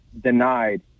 denied